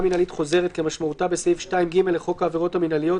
מינהלית חוזרת כמשמעותה בסעיף 2(ג) לחוק העבירות המינהליות,